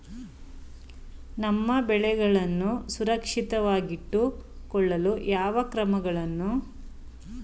ನಮ್ಮ ಬೆಳೆಗಳನ್ನು ಸುರಕ್ಷಿತವಾಗಿಟ್ಟು ಕೊಳ್ಳಲು ಯಾವ ಕ್ರಮಗಳನ್ನು ಅನುಸರಿಸಬೇಕು?